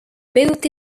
both